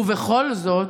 ובכל זאת,